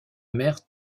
mère